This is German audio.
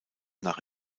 nach